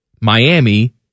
Miami